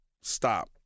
stop